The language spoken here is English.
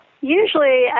Usually